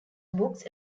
books